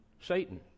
Satan